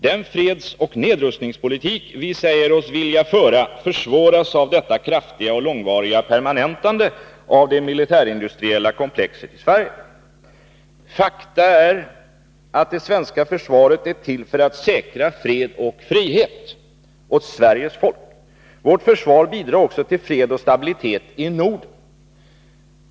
Den fredsoch nedrustningspolitik, vi säger oss vilja föra, försvåras av detta kraftiga och långvariga permanentande av det militärindustriella komplexet i Sverige.” Fakta är att det svenska försvaret är till för att säkra fred och frihet åt Sveriges folk. Vårt försvar bidrar också till fred och stabilitet i Norden.